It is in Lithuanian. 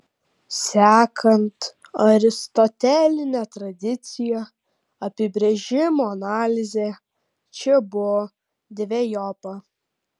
sekant aristoteline tradicija apibrėžimo analizė čia buvo dvejopa